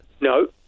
No